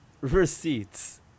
receipts